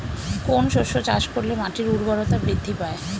কোন শস্য চাষ করলে মাটির উর্বরতা বৃদ্ধি পায়?